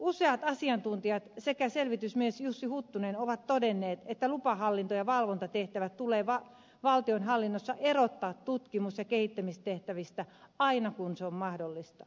useat asiantuntijat sekä selvitysmies jussi huttunen ovat todenneet että lupahallinto ja valvontatehtävät tulee valtionhallinnossa erottaa tutkimus ja kehittämistehtävistä aina kun se on mahdollista